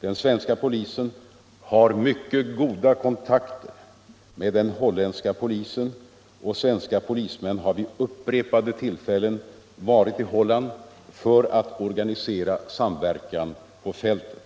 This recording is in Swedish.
Den svenska polisen har mycket goda kontakter med den holländska polisen, och svenska polismän har vid upprepade tillfällen varit i Holland för att organisera samverkan på fältet.